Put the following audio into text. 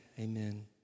Amen